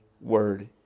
word